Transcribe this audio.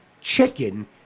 chicken